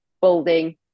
building